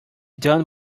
done